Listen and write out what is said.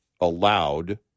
allowed